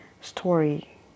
story